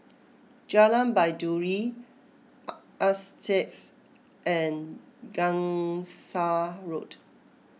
Jalan Baiduri Altez and Gangsa Road